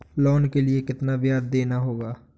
Loan के लिए कितना ब्याज देना होगा?